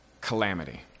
calamity